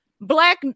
Black